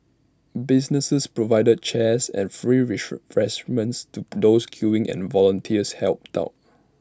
businesses provided chairs and free fresh men's to those queuing and volunteers helped out